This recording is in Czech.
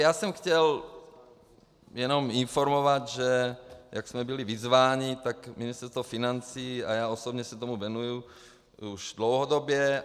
Já jsem chtěl jenom informovat, že jak jsme byli vyzváni Ministerstvo financí a já osobně se tomu věnujeme už dlouhodobě.